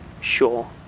Sure